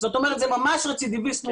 זאת אומרת זה ממש רצידיביסט מובהק,